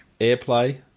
AirPlay